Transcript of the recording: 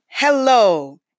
Hello